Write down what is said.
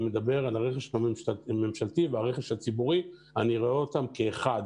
אלא אני מדבר על הרכש הממשלתי והרכש הציבורי כי אני רואה אותם כאחד.